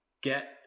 get